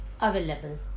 available